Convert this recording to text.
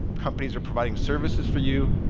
companies are providing services for you.